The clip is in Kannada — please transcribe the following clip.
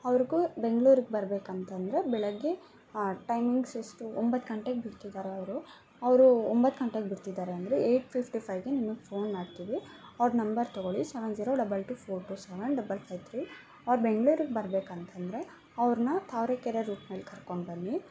ಅವ್ರಿಗೂ ಬೆಂಗ್ಳೂರಿಗ್ ಬರಬೇಕಂತಂದ್ರೆ ಬೆಳಗ್ಗೆ ಟೈಮಿಂಗ್ಸ್ ಎಷ್ಟು ಒಂಬತ್ತು ಗಂಟೆಗೆ ಬಿಡ್ತಿದಾರೆ ಅವ್ರು ಅವ್ರೂ ಒಂಬತ್ತು ಗಂಟೆಗೆ ಬಿಡ್ತಿದಾರೆ ಅಂದರೆ ಏಯ್ಟ್ ಫಿಫ್ಟಿ ಫೈಯ್ಗೆ ನಿಮಗೆ ಫೋನ್ ಮಾಡ್ತೀವಿ ಅವ್ರ ನಂಬರ್ ತೊಗೊಳ್ಳಿ seven zero double two four two seven double five three ಅವ್ರು ಬೆಂಗ್ಳೂರಿಗ್ ಬರಬೇಕಂತಂದ್ರೆ ಅವ್ರನ್ನ ತಾವರೆಕೆರೆ ರೂಟ್ನಲ್ಲಿ ಕರ್ಕೊಂಡು ಬನ್ನಿ